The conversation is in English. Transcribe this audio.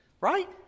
Right